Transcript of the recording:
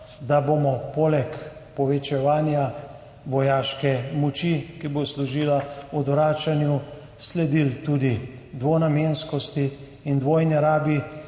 da bomo poleg povečevanja vojaške moči, ki bo služila odvračanju, sledili tudi dvonamenskosti in dvojni rabi,